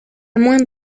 moins